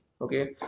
Okay